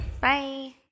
Bye